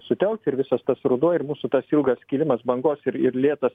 sutelkt ir visas tas ruduo ir mūsų tas ilgas kilimas bangos ir ir lėtas